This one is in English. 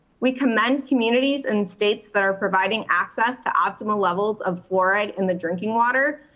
we commend communities and states that are providing access to optimal levels of fluoride in the drinking water.